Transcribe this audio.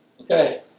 Okay